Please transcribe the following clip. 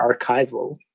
archival